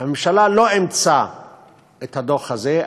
הממשלה לא אימצה את הדוח הזה.